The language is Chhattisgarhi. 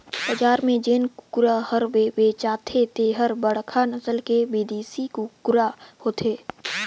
बजार में जेन कुकरा हर बेचाथे तेहर बड़खा नसल के बिदेसी कुकरा होथे